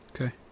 Okay